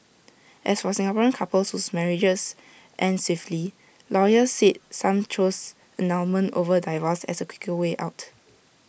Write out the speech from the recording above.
as for Singaporean couples whose marriages end swiftly lawyers said some choose annulment over divorce as A quicker way out